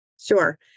Sure